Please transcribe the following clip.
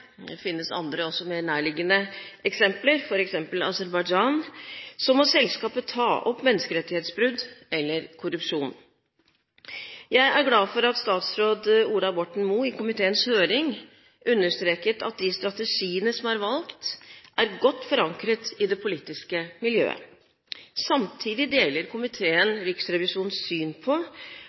det finnes andre mer nærliggende eksempler, f.eks. Aserbajdsjan – må selskapet ta opp menneskerettighetsbrudd eller korrupsjon. Jeg er glad for at statsråd Ola Borten Moe i komiteens høring understreket at de strategiene som er valgt, er godt forankret i det politiske miljøet. Samtidig deler komiteen Riksrevisjonens syn på